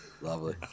Lovely